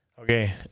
okay